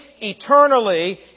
eternally